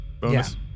Bonus